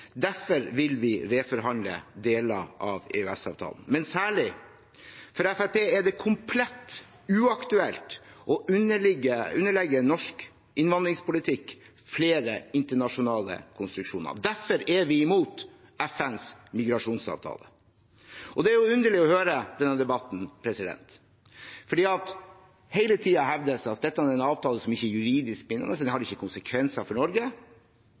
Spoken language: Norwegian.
Derfor vil vi reforhandle deler av EØS-avtalen. Men særlig er det for Fremskrittspartiet komplett uaktuelt å underlegge norsk innvandringspolitikk flere internasjonale konstruksjoner. Derfor er vi imot FNs migrasjonsavtale. Det er underlig å høre denne debatten, for hele tiden hevdes det at dette er en avtale som ikke er juridisk bindende og ikke har konsekvenser for Norge,